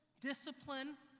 discipline,